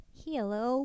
hello